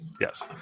Yes